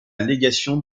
légation